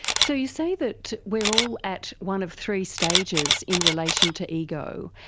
so you say that we are all at one of three stages in relation to ego.